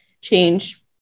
change